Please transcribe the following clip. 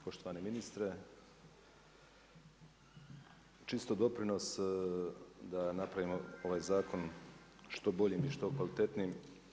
Poštovani ministre, čisto doprinos da napravimo ovaj zakon što boljim i što kvalitetnijim.